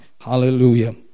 Hallelujah